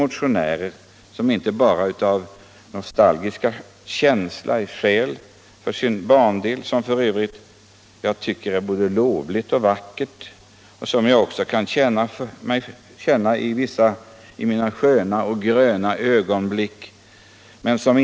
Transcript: Motionärernas nostalgiska känslor för sin bandel är både lovvärda och vackra — jag kan också känna det så i mina sköna och gröna ögonblick.